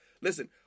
Listen